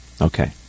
Okay